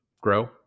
grow